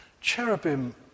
Cherubim